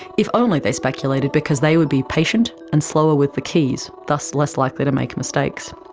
if only, they speculated, because they would be patient and slower with the keys, thus less likely to make mistakes.